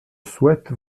souhaite